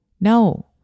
no